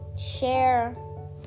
share